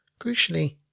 Crucially